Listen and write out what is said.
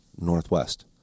northwest